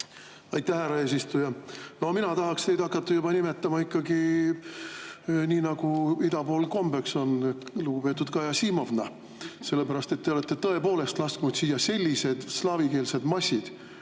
Aitäh, härra eesistuja! No mina tahaksin teid hakata juba nimetama ikkagi nii, nagu ida pool kombeks on, lugupeetud Kaja Siimovna. Sellepärast et te olete tõepoolest lasknud siia sellised slaavikeelsed massid,